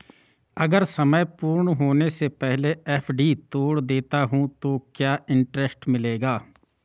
अगर समय पूर्ण होने से पहले एफ.डी तोड़ देता हूँ तो क्या इंट्रेस्ट मिलेगा?